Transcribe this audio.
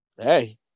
hey